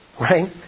Right